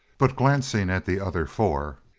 but glancing at the other four,